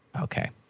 Okay